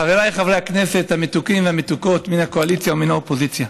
חבריי חברי הכנסת המתוקים והמתוקות מן הקואליציה ומן האופוזיציה,